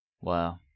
Wow